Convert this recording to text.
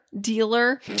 dealer